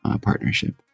partnership